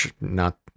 not-